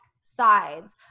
sides